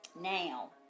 Now